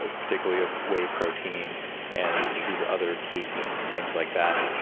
ah particularly of whey protein and these other casein and things like that,